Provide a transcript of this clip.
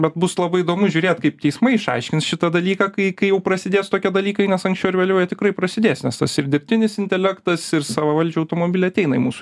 bet bus labai įdomu žiūrėt kaip teismai išaiškins šitą dalyką kai kai jau prasidės tokie dalykai nes anksčiau ar vėliau jie tikrai prasidės nes tas ir dirbtinis intelektas ir savavaldžių automobiliai ateina į mūsų